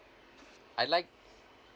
I'd like